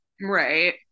Right